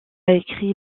écrit